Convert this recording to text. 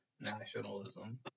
nationalism